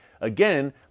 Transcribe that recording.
Again